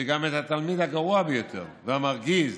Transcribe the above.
שגם את התלמיד הגרוע ביותר והמרגיז